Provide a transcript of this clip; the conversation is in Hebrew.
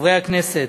חברי הכנסת,